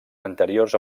anteriors